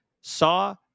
Saw